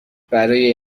برای